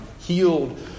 healed